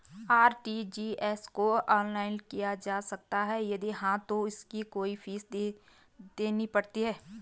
RTGS को online किया जा सकता है यदि हाँ तो इसकी कोई फीस देनी पड़ती है?